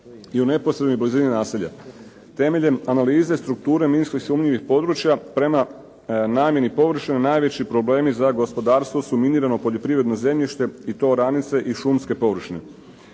i u neposrednoj blizini naselja. Temeljem analize strukture minski sumnjivih područja prema namjeni površine, najveći problemi za gospodarstvo su minirano poljoprivredno zemljište i to oranice i šumske površine.